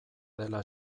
dela